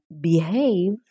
behave